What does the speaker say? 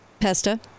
Pesta